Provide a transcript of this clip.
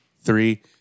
three